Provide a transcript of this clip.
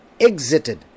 exited